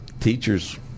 teachers